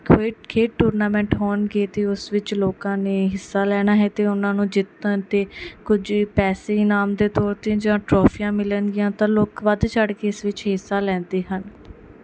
ਖੇ ਖੇਡ ਟੂਰਨਾਮੈਂਟ ਹੋਣਗੇ ਅਤੇ ਉਸ ਵਿੱਚ ਲੋਕਾਂ ਨੇ ਹਿੱਸਾ ਲੈਣਾ ਹੈ ਅਤੇ ਉਹਨਾਂ ਨੂੰ ਜਿੱਤਣ 'ਤੇ ਕੁਝ ਪੈਸੇ ਇਨਾਮ ਦੇ ਤੌਰ 'ਤੇ ਜਾਂ ਟਰੋਫੀਆਂ ਮਿਲਣਗੀਆਂ ਤਾਂ ਲੋਕ ਵੱਧ ਚੜ੍ਹ ਕੇ ਇਸ ਵਿੱਚ ਹਿੱਸਾ ਲੈਂਦੇ ਹਨ